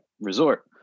resort